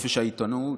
חופש העיתונות